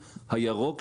הירוק,